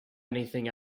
anything